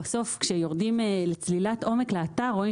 בסוף כשיורדים לצלילת עומק לאתר רואים